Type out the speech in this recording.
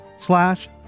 slash